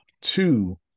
Two